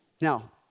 Now